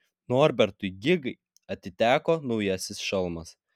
norbertui gigai atiteko naujasis šalmas